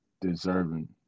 deserving